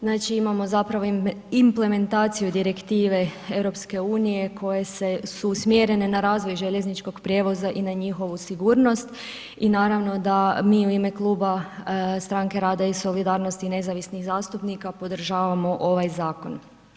Znači imamo zapravo implementaciju direktive EU-a koje su usmjerene na razvoj željezničkog prijevoza i na njihovu sigurnost i naravno da mi u ime kluba Stranke rada i solidarnosti i nezavisnih zastupnika podržavamo ovaj zakon.